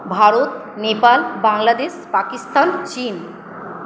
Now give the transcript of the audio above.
ভারত নেপাল বাংলাদেশ পাকিস্তান চীন